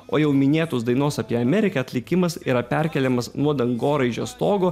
o jau minėtos dainos apie ameriką atlikimas yra perkeliamas nuo dangoraižio stogo